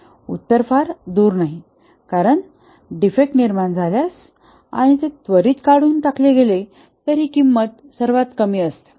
उत्तर फार दूर नाही कारण डिफेक्ट निर्माण झाल्यास आणि ते त्वरित काढून टाकले गेले तर ही किंमत सर्वात कमी असेल